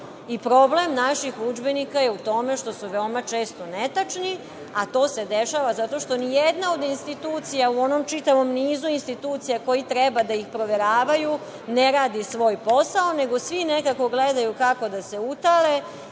I, problem naših udžbenika je u tome što su veoma često netačni, a to se dešava zato što nijedna od institucija u onom čitavom nizu institucija koje treba da ih proveravaju ne radi svoj posao, nego svi nekako gledaju kako da se utale